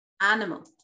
Animal